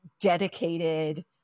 dedicated